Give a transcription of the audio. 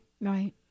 Right